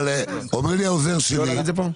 אבל אומר לי העוזר לי,